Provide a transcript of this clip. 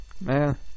Man